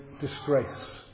disgrace